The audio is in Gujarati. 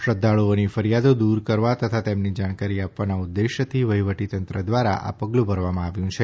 શ્રદ્વાળુઓની ફરિયાદો દૂર કરવા તથા તેમને જાણકારી આપવાના ઉદ્દેશથી વહીવટીતંત્ર દ્વારા આ પગલું ભરવામાં આવ્યું છે